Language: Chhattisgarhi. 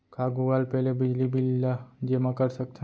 का गूगल पे ले बिजली बिल ल जेमा कर सकथन?